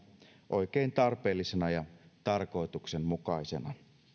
oikein tarpeellisena ja tarkoituksenmukaisena